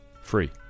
free